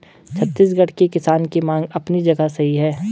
छत्तीसगढ़ के किसान की मांग अपनी जगह सही है